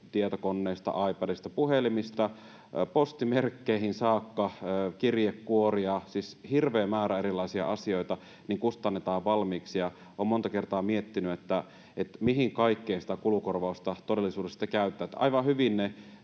tietokoneista, iPadeista, puhelimista postimerkkeihin saakka, kirjekuoriin, siis hirveä määrä erilaisia asioita kustannetaan valmiiksi, ja olen monta kertaa miettinyt, mihin kaikkeen sitä kulukorvausta todellisuudessa sitten käytetään. Aivan hyvin ne